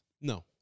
No